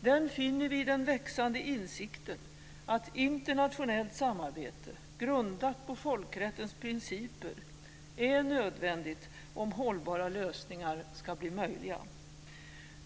Den finner vi i den växande insikten att internationellt samarbete, grundat på folkrättens principer, är nödvändigt om hållbara lösningar ska bli möjliga.